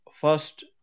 first